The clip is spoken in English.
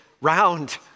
round